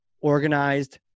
organized